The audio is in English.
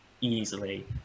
easily